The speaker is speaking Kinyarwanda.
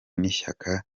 n’ishyaka